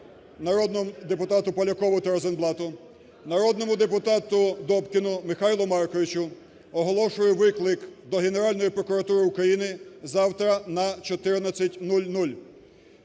народному депутату Полякову та Розенблату, народному депутату Добкіну Михайлу Марковичу оголошую виклик до Генеральної прокуратури України завтра на 14:00.